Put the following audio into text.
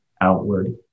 outward